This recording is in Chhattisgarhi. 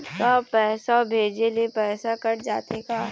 का पैसा भेजे ले पैसा कट जाथे का?